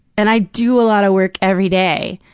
and i do a lot of work every day.